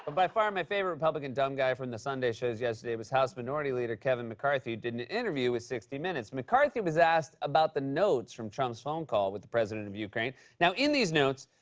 by far, my favorite republican dumb guy from the sunday shows yesterday was house minority leader kevin mccarthy, who did an interview with sixty minutes. mccarthy was asked about the notes from trump's phone call with the president of ukraine. now, in these notes,